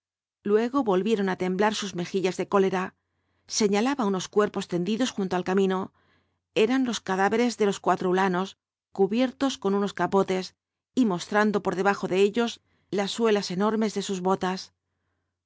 luego volvieron á temblar sus mejillas de cólera señalaba unos cuerpos tendidos junto al camino eran los cadáveres de los cuatro huíanos cubiertos con unos capotes y mostrando por debajo de ellos las suelas enormes de sus botas